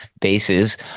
bases